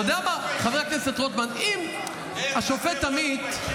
אתה יודע מה, חבר הכנסת רוטמן, אם השופט עמית,